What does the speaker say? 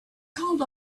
called